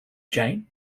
jane